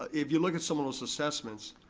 if you look at some of those assessments,